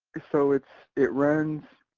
so it's, it runs,